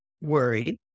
worried